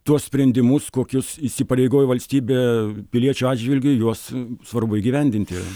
tuos sprendimus kokius įsipareigoja valstybė piliečių atžvilgiu juos svarbu įgyvendinti